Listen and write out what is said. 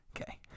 Okay